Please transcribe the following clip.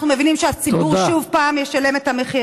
אנחנו מבינים שהציבור שוב ישלם את המחיר.